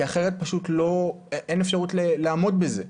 כי אחרת פשוט אין אפשרות לעמוד בזה.